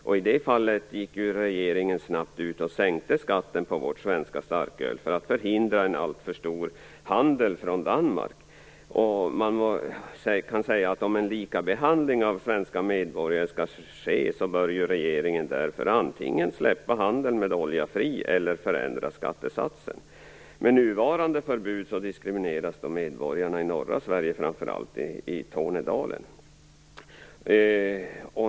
I det fallet gick ju regeringen snabbt ut och sänkte skatten på vårt svenska starköl för att förhindra en alltför stor handel från Danmark. Om det skall ske en likabehandling av svenska medborgare, bör regeringen därför antingen släppa handeln med olja fri eller förändra skattesatsen. Med nuvarande förbud diskrimineras medborgarna i norra Sverige, framför allt i Tornedalen.